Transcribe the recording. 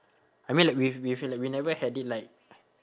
I mean like we've we've like we never had it like